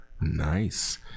Nice